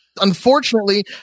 Unfortunately